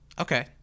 okay